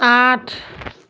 আঠ